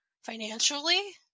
financially